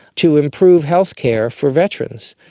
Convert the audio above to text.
to improve healthcare for veterans.